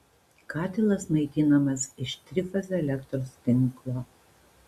katilas maitinamas iš trifazio elektros tinklo